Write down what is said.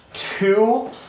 Two